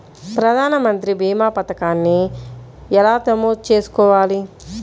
ప్రధాన మంత్రి భీమా పతకాన్ని ఎలా నమోదు చేసుకోవాలి?